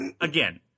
Again